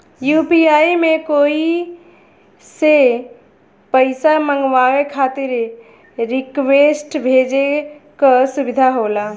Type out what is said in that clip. UPI में कोई से पइसा मंगवाये खातिर रिक्वेस्ट भेजे क सुविधा होला